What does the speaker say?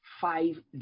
Five